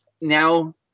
now